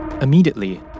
Immediately